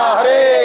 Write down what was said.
Hare